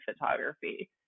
photography